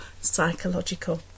psychological